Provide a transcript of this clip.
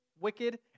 wicked